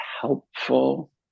helpful